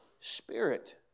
Spirit